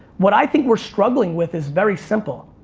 what i think we're struggling with is very simple.